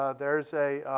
ah there's a.